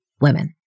women